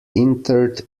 interred